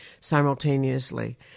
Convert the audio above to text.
simultaneously